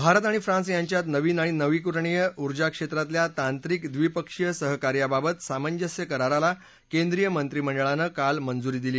भारत आणि फ्रान्स यांच्यात नवीन आणि नवीकरणीय ऊर्जा क्षेत्रातल्या तांत्रिक द्विपक्षीय सहकार्याबाबत सामंजस्य कराराला केंद्रीय मंत्रिमंडळानं काल मंजुरी दिली